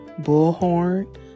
Bullhorn